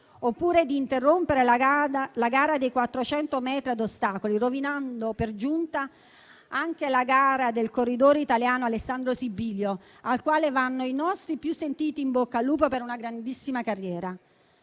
oppure di interrompere la gara dei 400 metri a ostacoli, rovinando per giunta anche la gara del corridore italiano Alessandro Sibilio, al quale va il nostro più sentito in bocca al lupo per una grandissima carriera,